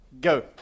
Go